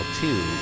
two